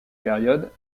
périodes